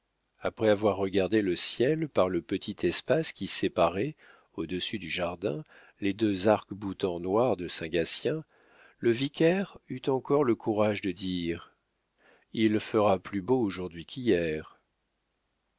après avoir regardé le ciel par le petit espace qui séparait au-dessus du jardin les deux arcs-boutants noirs de saint gatien le vicaire eut encore le courage de dire il fera plus beau aujourd'hui qu'hier